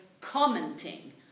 commenting